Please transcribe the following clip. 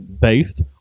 based